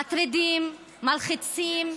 מטרידים, מלחיצים,